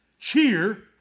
Cheer